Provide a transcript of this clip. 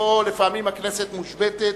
שבו לפעמים הכנסת מושבתת.